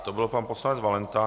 To byl pan poslanec Valenta.